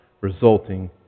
resulting